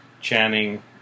Channing